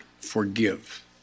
forgive